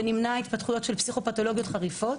ונמנע התפתחויות של פסיכופתולוגיות חריפות.